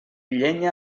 llenya